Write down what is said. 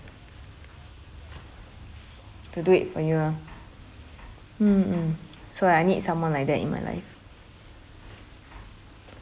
to do it for you ah mm mm so I need someone like that in my life